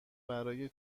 برای